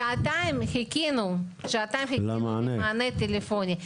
שעתיים חיכינו למענה טלפוני.